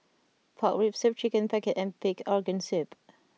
Pork Rib Soup chicken pocket and Pig Organ Soup